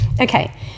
Okay